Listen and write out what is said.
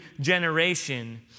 generation